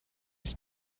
his